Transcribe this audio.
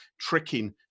tricking